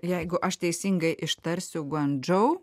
jeigu aš teisingai ištarsiu gondžou